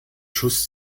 schuss